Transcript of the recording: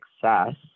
success